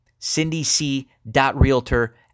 cindyc.realtor